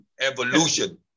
evolution